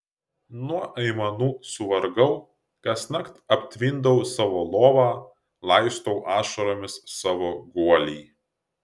nuo aimanų suvargau kasnakt aptvindau savo lovą laistau ašaromis savo guolį